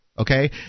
Okay